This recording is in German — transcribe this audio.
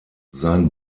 sein